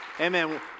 Amen